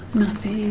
nothing,